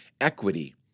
equity